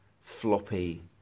floppy